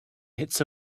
hits